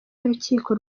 y’urukiko